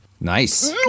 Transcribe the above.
Nice